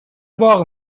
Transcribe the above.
باغ